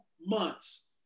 months